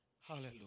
Hallelujah